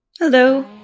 Hello